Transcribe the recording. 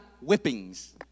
whippings